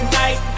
night